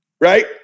Right